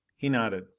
he nodded.